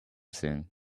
sing